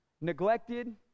neglected